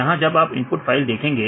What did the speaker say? यहां जब आप इनपुट फाइल देखेंगे